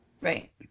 Right